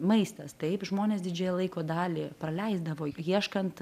maistas taip žmonės didžiąją laiko dalį praleisdavo ieškant